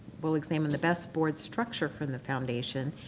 will exam and the best board structure from the foundation.